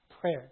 prayer